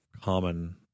common